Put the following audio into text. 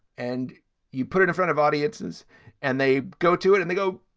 and you put it in front of audiences and they go to it and they go,